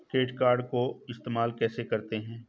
Credit card को इस्तेमाल कैसे करते हैं?